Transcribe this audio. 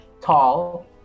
tall